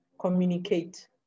communicate